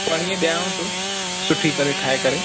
पणीहं ॾियांव थो सुठी करे ठाहे करे